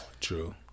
True